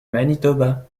manitoba